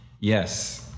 Yes